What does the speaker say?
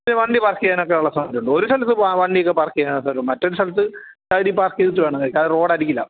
വണ്ടി പാർക്ക് ചെയ്യാനൊക്കെയുള്ള സൗകര്യം ഉണ്ട് ഒരു സ്ഥലത്ത് വണ്ടി വണ്ടിയൊക്കെ പാർക്ക് ചെയ്യണ സ്ഥലം മറ്റൊരു സ്ഥലത്ത് സൈഡി പാർക്ക് ചെയ്തിട്ട് വേണം കഴിക്കാൻ അത് റോഡ് അരികിലാണ്